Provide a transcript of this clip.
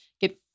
Get